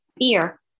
fear